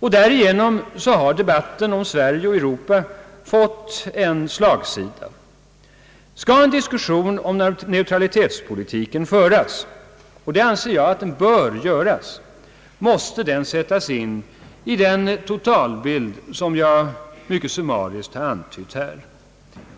Därigenom har debatten om Sverige och Europa fått slagsida. Skall en diskussion om neutralitetspolitiken föras — och jag anser att detta bör göras — måste den sättas in i den totalbild som jag mycket summariskt antytt här.